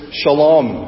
shalom